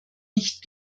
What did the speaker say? nicht